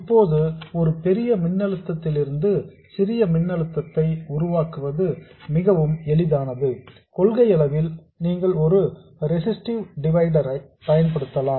இப்போது ஒரு பெரிய மின்னழுத்தத்திலிருந்து சிறிய மின்னழுத்தத்தை உருவாக்குவது மிகவும் எளிதானது கொள்கையளவில் நீங்கள் ஒரு ரெசிஸ்ட்டிவ் டிவைடர் ஐ பயன்படுத்தலாம்